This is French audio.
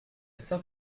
cent